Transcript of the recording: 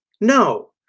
No